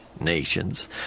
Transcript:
nations